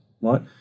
right